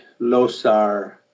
losar